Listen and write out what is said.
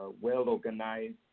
well-organized